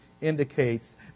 indicates